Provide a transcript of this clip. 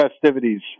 festivities